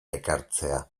ekartzea